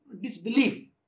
disbelief